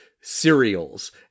cereals